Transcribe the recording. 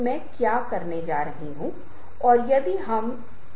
वह कुछ जिसे आपको तय करना होगा कि वे क्या उम्मीद करते हैं वे क्या चाहते हैं